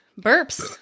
Burps